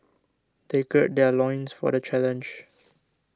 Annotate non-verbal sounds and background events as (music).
they gird their loins for the challenge (noise)